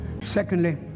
secondly